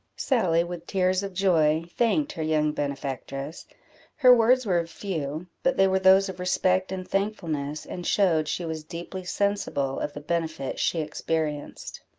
sally, with tears of joy, thanked her young benefactress her words were few, but they were those of respect and thankfulness, and showed she was deeply sensible of the benefit she experienced.